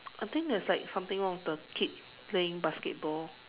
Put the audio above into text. I think there is like something wrong with the kid playing basketball